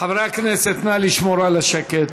חברי הכנסת, נא לשמור על השקט.